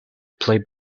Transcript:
play